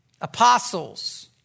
apostles